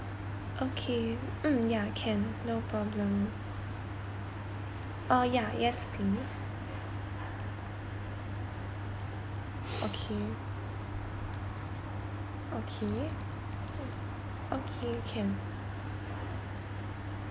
okay mm ya can no problem oh yeah yes please okay okay okay can